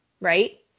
Right